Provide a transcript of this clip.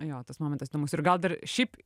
jo tas momentas įdomus ir gal dar šiaip